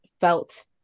felt